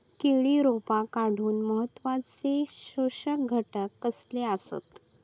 केळी रोपा वाढूक महत्वाचे पोषक घटक खयचे आसत?